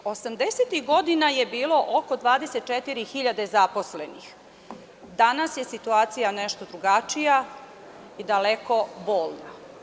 Osamdesetih godina je bilo oko 24.000 zaposlenih, a danas je situacija nešto drugačija i daleko bolna.